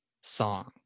song